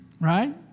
right